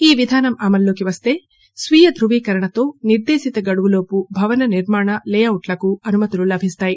ఈ విధానం అమల్లోకి వస్త స్వీయ ధ్రువీకరణతో నిర్దేశిత గడువులోపు భవన నిర్మాణ లేఅవుట్లకు అనుమతులు లభిస్తాయి